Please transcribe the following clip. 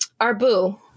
Arbu